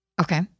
Okay